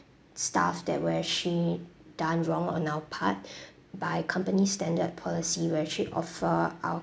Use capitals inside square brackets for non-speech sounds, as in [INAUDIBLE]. stuff that were actually done wrong on our part [BREATH] by company's standard policy we actually offer our